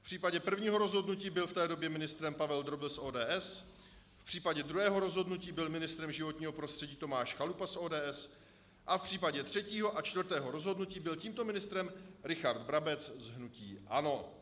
V případě prvního rozhodnutí byl v té době ministrem Pavel Drobil z ODS, v případě druhého rozhodnutí byl ministrem životního prostředí Tomáš Chalupa z ODS a v případě třetího a čtvrtého rozhodnutí byl tímto ministrem Richard Brabec z hnutí ANO.